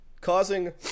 causing